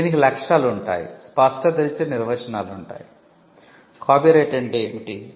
దీనికి లక్ష్యాలు ఉంటాయి స్పష్టతనిచ్చే నిర్వచనాలు ఉంటాయి కాపీరైట్ అంటే ఏమిటి